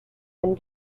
and